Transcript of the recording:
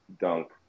dunk